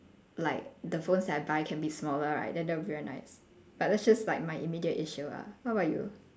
like the phones that I buy can be smaller right then that would be very nice but that's just like my immediate issue ah what about you